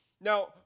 Now